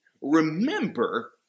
Remember